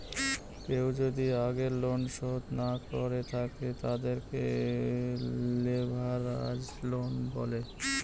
কেউ যদি আগের লোন শোধ না করে থাকে, তাদেরকে লেভেরাজ লোন বলে